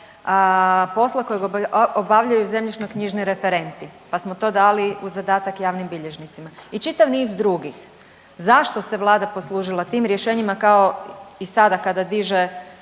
posla kojeg obavljaju zemljišnoknjižni referenti, pa smo to dali u zadatak javnim bilježnicima i čitav niz drugih, zašto se Vlada poslužila tim rješenjima, kao i sada kada diže